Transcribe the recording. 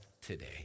today